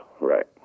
right